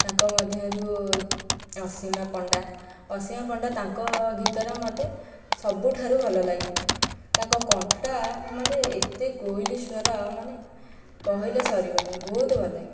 ତାଙ୍କ ମଧ୍ୟରୁ ଅସୀମା ପଣ୍ଡା ଅସୀମା ପଣ୍ଡା ତାଙ୍କ ଗୀତରେ ମୋତେ ସବୁଠାରୁ ଭଲ ଲାଗେ ତାଙ୍କ କଣ୍ଠଟା ମୋତେ ଏତେ କୋଇଲି ସ୍ଵର ମାନେ କହିଲେ ସରିବନି ବହୁତ ଭଲ ଲାଗେ